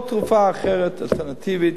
כל תרופה אחרת אלטרנטיבית,